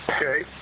Okay